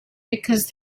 because